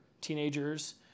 teenagers